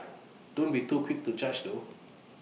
don't be too quick to judge though